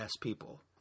people